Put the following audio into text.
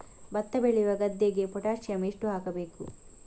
ಭತ್ತ ಬೆಳೆಯುವ ಗದ್ದೆಗೆ ಪೊಟ್ಯಾಸಿಯಂ ಎಷ್ಟು ಹಾಕಬೇಕು?